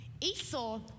Esau